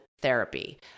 therapy